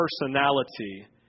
personality